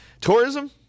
Tourism